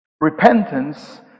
Repentance